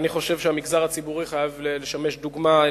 חייב לשמש דוגמה.